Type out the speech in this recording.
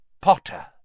Potter